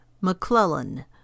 McClellan